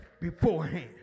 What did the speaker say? beforehand